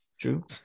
True